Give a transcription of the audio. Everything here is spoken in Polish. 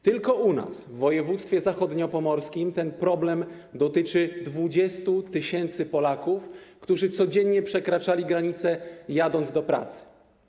Tylko u nas, w województwie zachodniopomorskim, ten problem dotyczy 20 tys. Polaków, którzy codziennie przekraczali granicę, jadąc od pracy.